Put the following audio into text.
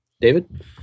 David